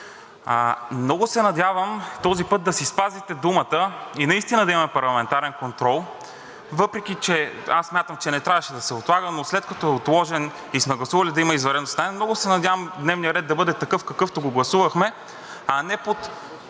Много се надявам този път да си спазите думата и наистина да имаме парламентарен контрол, въпреки че аз смятам, че не трябваше да се отлага, но след като е отложен и сме гласували да има извънредно заседание, много се надявам дневният ред да бъде такъв, какъвто го гласувахме, а не под